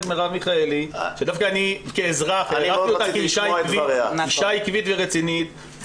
מרב מיכאלי שדווקא כאזרח אני רואה אותה כאישה עקבית ורצינית,